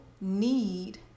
need